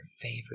favorite